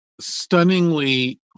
stunningly